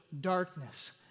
darkness